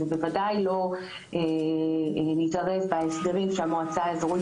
ובוודאי לא נתערב בהסדרים שהמועצה האזורית